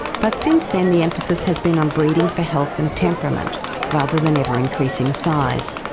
but since then the emphasis has been on breeding for health and temperament rather than ever increasing size.